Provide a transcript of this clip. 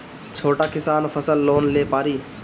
छोटा किसान फसल लोन ले पारी?